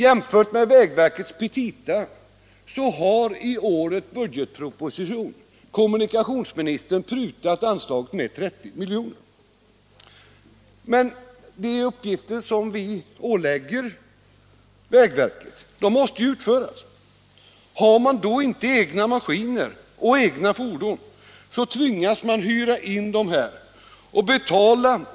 Jämfört med vägverkets petita har kommunikationsministern i årets budgetproposition prutat anslaget med 30 milj.kr. Men de uppgifter som vi ålägger vägverket måste ju utföras. Har man då inte egna maskiner och egna fordon, så tvingas man hyra dessa.